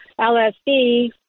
LSD